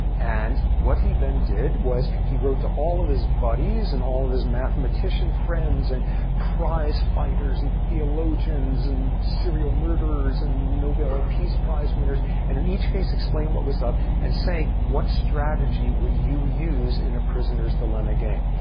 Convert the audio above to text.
and what he then did was, he wrote to all of his buddies and all of his mathematician friends and prize fighters and theologians and serial murderers and nobel ah peace prize winners, and in each case, explained what was up and saying, what strategy would you use in a prisoner's dilemma game?